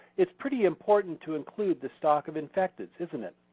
it's pretty important to include the sock of infected isn't it?